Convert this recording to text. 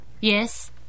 Yes